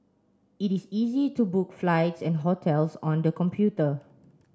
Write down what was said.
it is easy to book flights and hotels on the computer